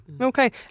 Okay